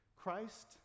Christ